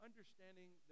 understanding